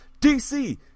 DC